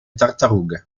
tartarughe